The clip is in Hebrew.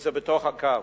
וזה בתוך הקו.